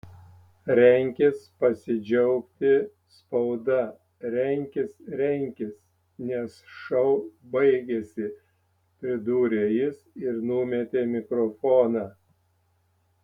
renkis pasidžiaugti spauda renkis renkis nes šou baigėsi pridūrė jis ir numetė mikrofoną